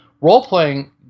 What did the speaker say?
role-playing